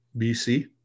BC